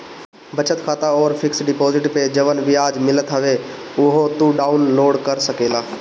बचत खाता अउरी फिक्स डिपोजिट पअ जवन बियाज मिलत हवे उहो तू डाउन लोड कर सकेला